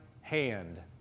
hand